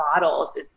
bottles